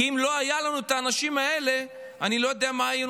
כי אם לא היו לנו האנשים האלה אני לא יודע מה היינו